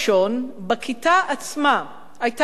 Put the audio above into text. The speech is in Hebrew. בכיתה עצמה היתה ספרייה